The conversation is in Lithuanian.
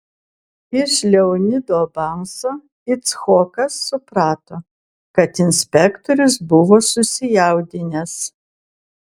iš leonido balso icchokas suprato kad inspektorius buvo susijaudinęs